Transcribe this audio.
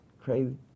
Crazy